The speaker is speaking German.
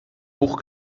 hoch